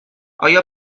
آیا